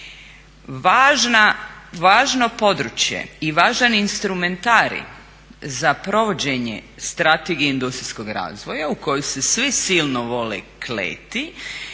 Važno područje i važan instrumentarij za provođenje Strategije industrijskog razvoja u koju se svi silno vole kleti